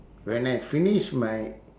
when I finish my